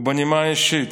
ובנימה אישית,